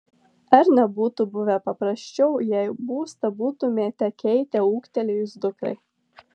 ar nebūtų buvę paprasčiau jei būstą būtumėte keitę ūgtelėjus dukrai